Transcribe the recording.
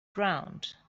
ground